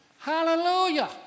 Hallelujah